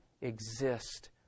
exist